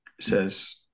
says